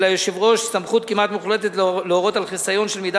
שליושב-ראש סמכות כמעט מוחלטת להורות על חיסיון של מידע